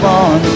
on